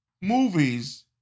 movies